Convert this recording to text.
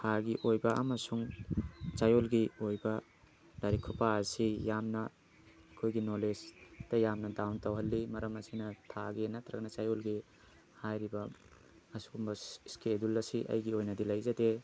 ꯊꯥꯒꯤ ꯑꯣꯏꯕ ꯑꯃꯁꯨꯡ ꯆꯌꯣꯜꯒꯤ ꯑꯣꯏꯕ ꯂꯥꯏꯔꯤꯛ ꯈꯨꯄꯥ ꯑꯁꯤ ꯌꯥꯝꯅ ꯑꯩꯈꯣꯏꯒꯤ ꯅꯣꯂꯦꯖꯇ ꯌꯥꯝꯅ ꯗꯥꯎꯟ ꯇꯧꯍꯜꯂꯤ ꯃꯔꯝ ꯑꯁꯤꯅ ꯊꯥꯒꯤ ꯅꯠꯇ꯭ꯔꯒ ꯆꯌꯣꯜꯒꯤ ꯍꯥꯏꯔꯤꯕ ꯑꯁꯤꯒꯨꯝꯕ ꯁ꯭ꯀꯦꯗꯨꯜ ꯑꯁꯤ ꯑꯩꯒꯤ ꯑꯣꯏꯅꯗꯤ ꯂꯩꯖꯗꯦ